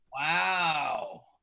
Wow